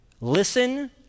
Listen